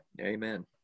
Amen